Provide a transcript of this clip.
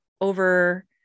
over